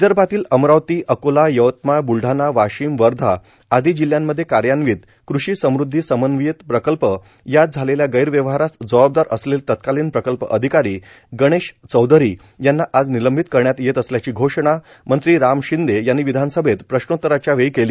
विदर्भातील अमरावती अकोला यवतमाळ ब्लढाणा वाशिम वर्धा आदी जिल्ह्यांमध्ये कार्यान्वित कृषी समृदधी समन्वयित प्रकल्प यात झालेल्या गैरव्यवहारास जबाबदार असलेले तत्कालीन प्रकल्प अधिकारी गणेश चौधरी यांना आज निलंबित करण्यात येत असल्याची घोषणा मंत्री राम शिंदे यांनी विधानसभेत प्रश्नोतराच्या वेळी केली